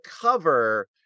cover